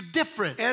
different